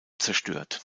zerstört